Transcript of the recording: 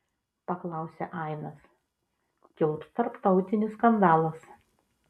paklausė ainas kils tarptautinis skandalas